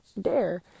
dare